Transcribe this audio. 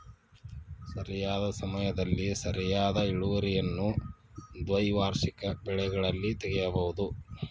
ಸರಿಯಾದ ಸಮಯದಲ್ಲಿ ಸರಿಯಾದ ಇಳುವರಿಯನ್ನು ದ್ವೈವಾರ್ಷಿಕ ಬೆಳೆಗಳಲ್ಲಿ ತಗಿಬಹುದು